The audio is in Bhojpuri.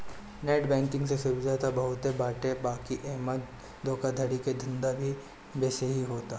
नेट बैंकिंग से सुविधा त बहुते बाटे बाकी एमे धोखाधड़ी के धंधो भी बेसिये होता